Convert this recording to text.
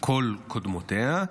כל קודמותיה,